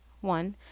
One